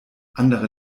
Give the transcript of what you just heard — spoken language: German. andere